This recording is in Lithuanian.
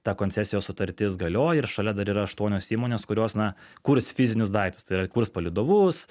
ta koncesijos sutartis galioja ir šalia dar yra aštuonios įmonės kurios na kurs fizinius daiktus tai yra kurs palydovus